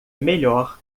melhor